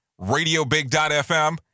RadioBig.FM